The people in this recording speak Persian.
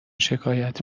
شکایت